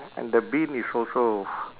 and the bin is also